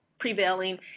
prevailing